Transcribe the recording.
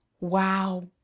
wow